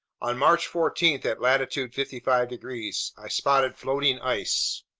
on march fourteen at latitude fifty five degrees, i spotted floating ice,